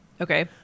Okay